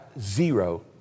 zero